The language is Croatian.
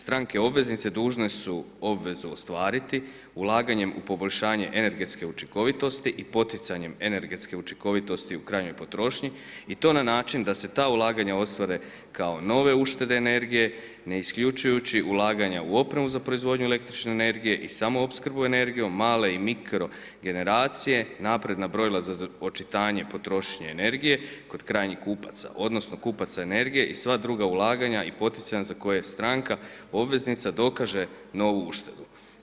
Stranke obveznice dužne su obvezu ostvariti ulaganjem u poboljšanje energetske učinkovitosti i poticanjem energetske učinkovitosti u krajnjoj potrošnji i to na način da se ta ulaganja ostvare kao nove uštede energije ne isključujući ulaganja u opremu za proizvodnju električne energije i samoopskrbu energijom, male i mikro generacije, napredna brojila za očitanje potrošnje energije kod krajnjih kupaca odnosno kupaca energije i sva druga ulaganja i poticaje za koje stranka obveznica dokaže novu uštedu.